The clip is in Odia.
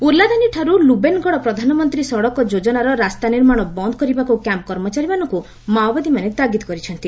ଉଲାଦାନୀଠାରୁ ଲୁବେନଗଡ଼ ପ୍ରଧାନମନ୍ତୀ ସଡ଼କ ଯୋଜନାର ରାସ୍ତା ନିର୍ମାଣ ବନ୍ଦ୍ କରିବାକୁ କ୍ୟାମ୍ପ୍ କର୍ମଚାରୀଙ୍କୁ ମାଓବାଦୀ ତାଗିଦ୍ କରିଛନ୍ତି